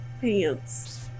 pants